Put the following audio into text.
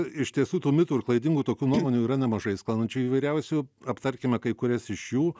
iš tiesų tų mitų ir klaidingų tokių nuomonių yra nemažai sklandančių įvairiausių aptarkime kai kurias iš jų